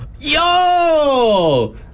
Yo